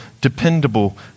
dependable